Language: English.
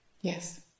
Yes